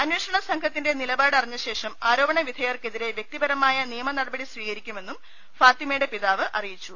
അന്വേഷണ സംഘത്തിന്റെ നില പാട് അറിഞ്ഞ ശേഷം ആരോപണ വിധേയർക്കെതിരെ വൃക്തിപരമായ നിയമ നടപടി സ്വീകരിക്കുമെന്നും ഫാത്തിമയുടെ പിതാവ് അറിയിച്ചു